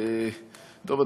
טוב,